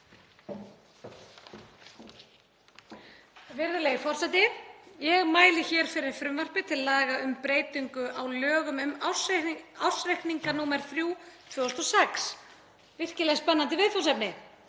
Virðulegi forseti. Ég mæli hér fyrir frumvarpi til laga um breytingu á lögum um ársreikninga, nr. 3/2006, virkilega spennandi viðfangsefni.